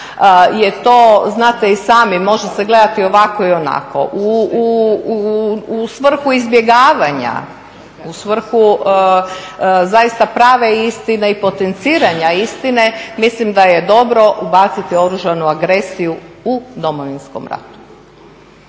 znate i sami, može se gledati ovako i onako. U svrhu izbjegavanja, u svrhu zaista prave istine i potenciranja istine mislim da je dobro ubaciti oružanu agresiju u Domovinskom ratu.